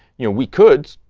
you know we could,